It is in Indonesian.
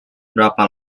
berapa